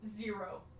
zero